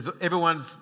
everyone's